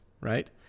right